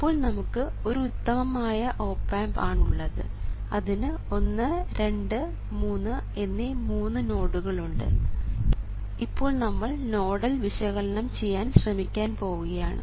ഇപ്പോൾ നമുക്ക് ഒരു ഉത്തമമായ ഓപ് ആമ്പ് ആണുള്ളത് അതിന് 123 എന്നീ മൂന്ന് നോഡുകൾ ഉണ്ട് ഇപ്പോൾ നമ്മൾ നോഡൽ വിശകലനം ചെയ്യാൻ ശ്രമിക്കാൻ പോവുകയാണ്